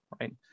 Right